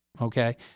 okay